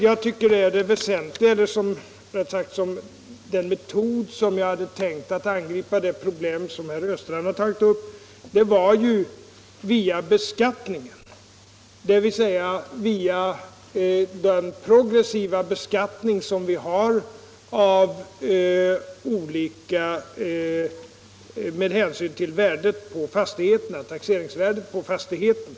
Jag hade tänkt att man skulle kunna angripa det problem herr Östrand tagit upp via den progressiva beskattning vi har med hänsyn till taxeringsvärdet på fastigheterna.